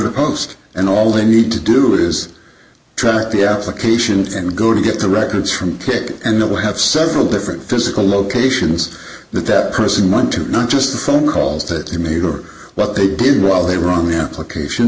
to post and all they need to do is track the application and go to get the records from it and now we have several different physical locations that that person went to not just the phone calls that he made or what they did while they were on the application